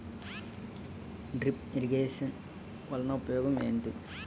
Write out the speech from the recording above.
drip irrigation వలన ఉపయోగం ఏంటి